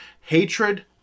hatred